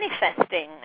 manifesting